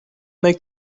make